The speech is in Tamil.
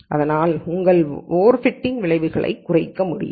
இதனால் உங்கள் ஓவர்பிட்டிங் விளைவுகளை குறைக்க முடியும்